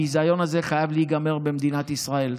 הביזיון הזה חייב להיגמר במדינת ישראל.